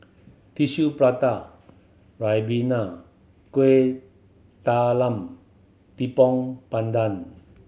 Tissue Prata ribena Kueh Talam Tepong Pandan